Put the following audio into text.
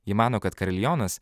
ji mano kad karilionas